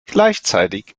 gleichzeitig